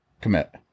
commit